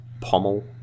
pommel